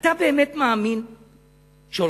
אתה באמת מאמין שהממשלה,